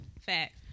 fact